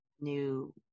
new